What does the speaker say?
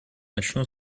начну